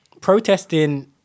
protesting